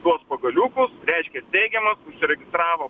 tuos pagaliukus reiškias teigiamas užsiregistravo